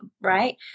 right